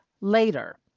later